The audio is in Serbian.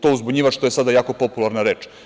To uzbunjivač to je sada jako popularna reč.